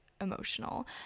emotional